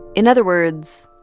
in other words,